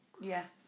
Yes